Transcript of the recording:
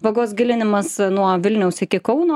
vagos gilinimas nuo vilniaus iki kauno